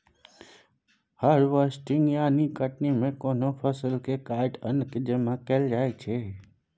harvesting यानी कटनी मे कोनो फसल केँ काटि अन्न केँ जमा कएल जाइ छै